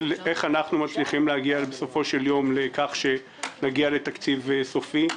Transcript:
איך להגיע בסופו של יום לתקציב סופי.